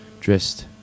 dressed